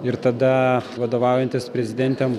ir tada vadovaujantis prezidentėm